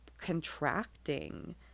contracting